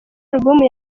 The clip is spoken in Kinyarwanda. alubumu